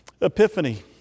Epiphany